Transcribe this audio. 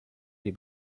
die